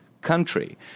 country